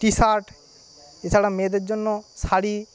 টি shirt এছাড়া মেয়েদের জন্য শাড়ি